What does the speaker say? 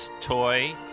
toy